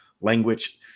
language